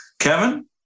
Kevin